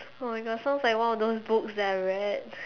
oh my gosh sounds like one of those books that I read